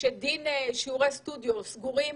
שדין שיעורי סטודיו סגורים